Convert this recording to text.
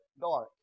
dark